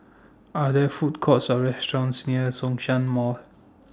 Are There Food Courts Or restaurants near Zhongshan Mall